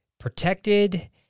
protected